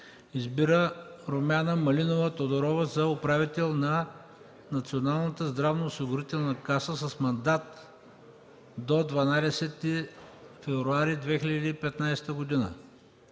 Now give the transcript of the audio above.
Избира Румяна Малинова Тодорова за управител на Националната здравноосигурителна каса с мандат до 12 февруари 2015 г.